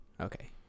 Okay